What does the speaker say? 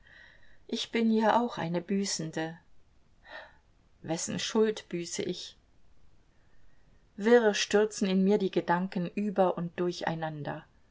ich bin ja auch eine büßende wessen schuld büße ich wirr stürzen in mir die gedanken über und durcheinander